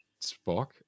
Spock